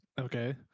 Okay